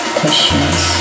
questions